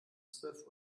zwölf